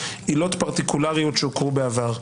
עילות פרטיקולריות שהוכרו בעבר.